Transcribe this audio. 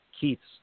Keith's